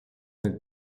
del